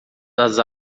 das